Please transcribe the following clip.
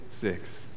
six